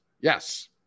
Yes